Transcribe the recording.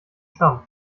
stamm